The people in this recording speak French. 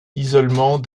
isolement